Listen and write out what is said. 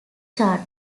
chart